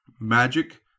magic